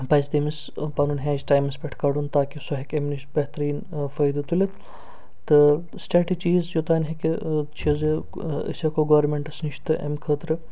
پَزِ تٔمِس پَنُن ہیچ ٹایمَس پٮ۪ٹھ کَڈُن تاکہِ سُہ ہٮ۪کہِ اَمہِ نِش بہتریٖن فٲیدٕ تُلِتھ تہٕ سِٹریٹٕجیٖز یوٚتانۍ ہٮ۪کہِ چھِ زِ أسۍ ہٮ۪کَو گوٚرمِنٹَس نِش تہٕ اَمہِ خٲطرٕ